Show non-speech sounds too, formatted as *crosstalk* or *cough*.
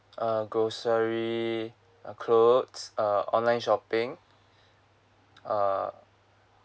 uh groceries uh clothes uh online shopping *noise* err